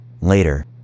Later